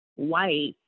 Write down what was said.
white